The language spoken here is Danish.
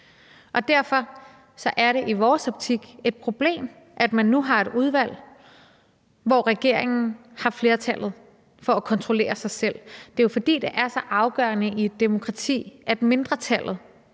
Derfor er det i vores optik et problem, at man nu har et udvalg, hvor regeringen har flertallet til at kontrollere sig selv. Det er jo, fordi det er så afgørende i et demokrati, at mindretallet